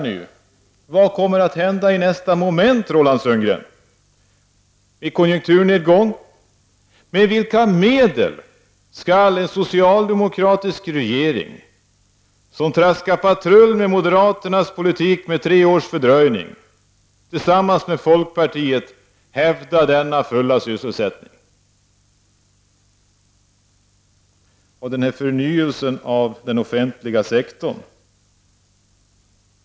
Men vad kommer att hända i nästa moment, i konjunkturnedgången, Roland Sundgren? Med vilka medel skall en socialdemokratisk regering — som traskar patrull med moderaternas politik med tre års fördröjning — tillsammans med folkpartiet hävda den fulla sysselsättningen? Det låter fint med en förnyelse av den offentliga sektorn.